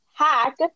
hack